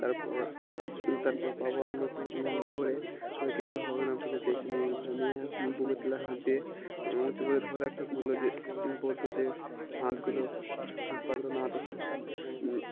তারপর তারপর বাবা আমাকে ধরে ও কিছু হবে না বলে ডেকে নিয়ে যেতো নিয়ে বুকে তলে হাত দিয়ে উঁচু করে ধরে রাখত বললো যে বলতো যে হাতগুলো হাত পাগুলো নাড়াতে থাক